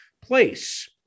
place